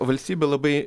valstybė labai